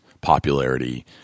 popularity